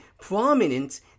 prominent